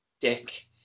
dick